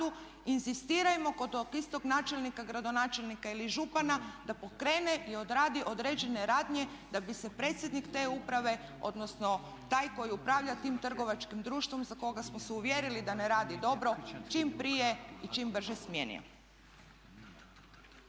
inzistirajmo kod ovog istog načelnika, gradonačelnika ili župana da pokrene i odradi određene radnje da bi se predsjednik te uprave odnosno taj koji upravlja tim trgovačkim društvom za koga smo se uvjerili da ne radi dobro čim prije i čim brže smijenio.